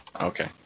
Okay